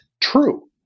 true